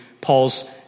Paul's